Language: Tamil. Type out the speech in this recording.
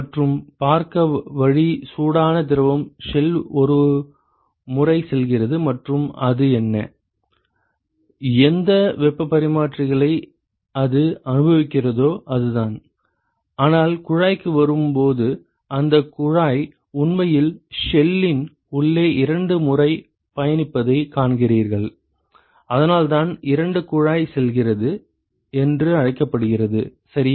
மற்றும் பார்க்க வழி சூடான திரவம் ஷெல் ஒரு முறை செல்கிறது மற்றும் அது என்ன எந்த வெப்பப் பரிமாற்றிகளை அது அனுபவிக்கிறதோ அதுதான் ஆனால் குழாய்க்கு வரும்போது அந்த குழாய் உண்மையில் ஷெல்லின் உள்ளே இரண்டு முறை பயணிப்பதைக் காண்கிறீர்கள் அதனால்தான் இரண்டு குழாய் செல்கிறது என்று அழைக்கப்படுகிறது சரியா